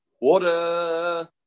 water